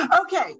okay